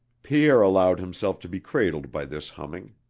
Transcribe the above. pierre allowed himself to be cradled by this humming.